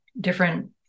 different